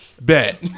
bet